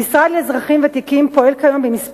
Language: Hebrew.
המשרד לאזרחים ותיקים פועל כיום בכמה